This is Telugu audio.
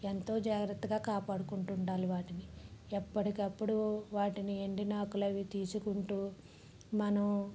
ఎంతో జాగ్రత్తగా కాపాడుకుంటూ ఉండాలి వాటిని ఎప్పటికప్పుడు వాటిని ఎండిన ఆకులు తీసుకుంటూ మనం